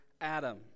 Adam